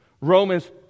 Romans